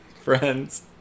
Friends